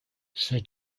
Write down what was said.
sir